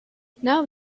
now